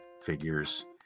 figures